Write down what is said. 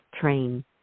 train